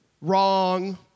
wrong